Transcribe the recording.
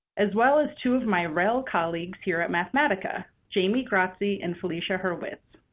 as well as two of my rel colleagues here at mathematica, jaimie grazi and felicia hurwitz.